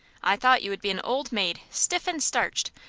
i thought you would be an old maid, stiff and starched,